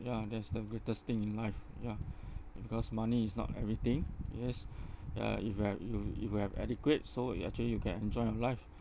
ya that's the greatest thing in life ya ya because money is not everything yes ya if you have if you if you have adequate so you actually you can enjoy your life